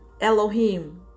Elohim